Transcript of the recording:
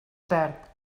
perd